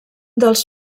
dels